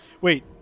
Wait